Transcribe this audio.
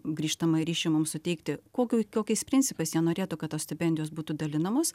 grįžtamąjį ryšį mums suteikti kokiu kokiais principais jie norėtų kad tos stipendijos būtų dalinamos